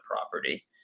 property